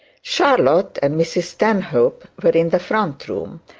charlotte and mrs stanhope were in the front room,